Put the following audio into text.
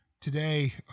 today